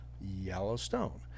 Yellowstone